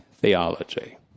theology